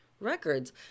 records